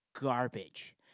garbage